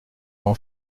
d’en